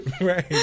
Right